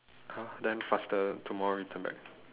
!huh! then faster tomorrow return back